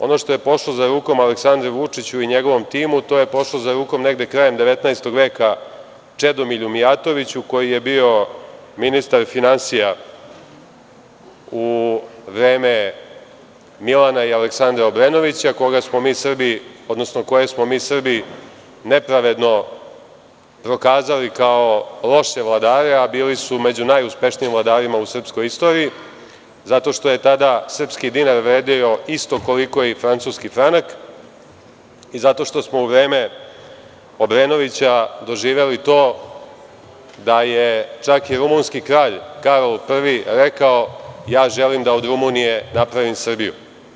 Ono što je pošlo za rukom Aleksandru Vučiću i njegovom timu, to je pošlo za rukom negde krajem 19. veka Čedomilju Mijatoviću, koji je bio ministar finansija u vreme Milana i Aleksandra Obrenovića, koje smo mi Srbi nepravedno prokazali kao loše vladare, a bili su među najuspešnijim vladarima u srpskoj istoriji, zato što je tada srpski dinar vredeo isto koliko i francuski franak i zato što smo u vreme Obrenovića doživeli to da je čak i rumunski kralj Karol I rekao - ja želim da od Rumunije napravim Srbiju.